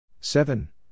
seven